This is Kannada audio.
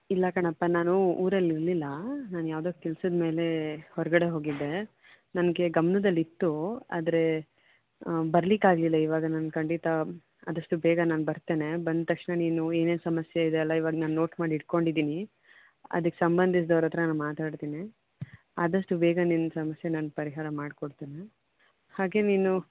ಇಲ್ಲ ಕಣಪ್ಪ ನಾನು ಊರಲ್ಲಿ ಇರಲಿಲ್ಲ ನಾನು ಯಾವುದೋ ಕೆಲ್ಸದ ಮೇಲೆ ಹೊರಗಡೆ ಹೋಗಿದ್ದೆ ನನಗೆ ಗಮ್ನದಲ್ಲಿ ಇತ್ತು ಆದ್ರೆ ಬರ್ಲಿಕ್ಕೆ ಆಗಲಿಲ್ಲ ಇವಾಗ ನಾನು ಖಂಡಿತ ಆದಷ್ಟು ಬೇಗ ನಾನು ಬರ್ತೇನೆ ಬಂದ ತಕ್ಷಣ ನೀನು ಏನೇನು ಸಮಸ್ಯೆ ಇದೆಯಲ್ಲ ಇವಾಗ ನಾನು ನೋಟ್ ಮಾಡಿ ಇಟ್ಟುಕೊಂಡಿದೀನಿ ಅದಕ್ಕೆ ಸಂಬಂಧಿದ್ದವ್ರು ಹತ್ತಿರ ನಾನು ಮಾತಾಡ್ತೀನಿ ಆದಷ್ಟು ಬೇಗ ನಿಮ್ಮ ಸಮಸ್ಯೆ ನಾನು ಪರಿಹಾರ ಮಾಡಿಕೊಡ್ತೀನಿ ಹಾಗೇ ನೀನು